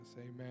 Amen